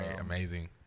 Amazing